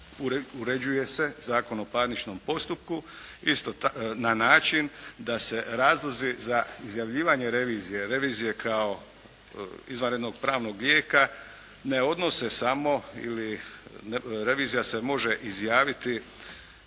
uređuje se Zakon o parničnom postupku na način da se razlozi za izjavljivanje revizije, revizije kao izvanrednog pravnog lijeka ne odnose samo ili revizija se može izjaviti